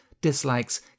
dislikes